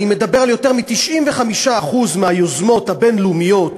ואני מדבר על יותר מ-95% מהיוזמות הבין-לאומיות